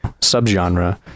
subgenre